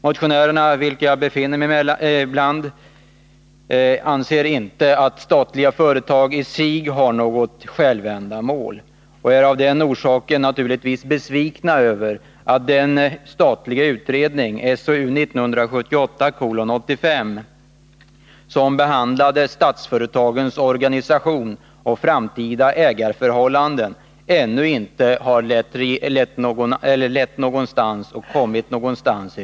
Motionärerna, av vilka jag är en, anser inte att statliga företag i sig har något självändamål och är av den orsaken naturligtvis besvikna över att den statliga utredningen, SOU 1978:85, som behandlade de statliga företagens organisation och framtida ägarförhållanden ännu inte har lett till att arbetet inom regeringskansliet kommit någonstans.